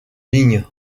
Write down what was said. ligne